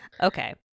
okay